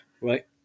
Right